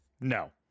No